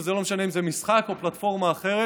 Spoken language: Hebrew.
וזה לא משנה אם זה משחק או פלטפורמה אחרת,